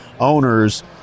Owners